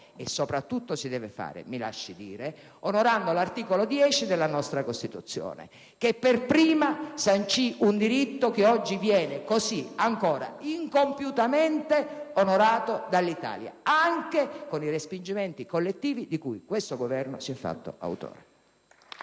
e soprattutto si deve fare - me lo lasci dire, signor Ministro - onorando l'articolo 10 della nostra Costituzione, che per prima sancì un diritto che oggi viene così ancora incompiutamente onorato dall'Italia, anche con i respingimenti collettivi di cui questo Governo si è fatto autore.